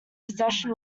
possession